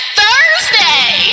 thursday